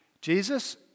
Jesus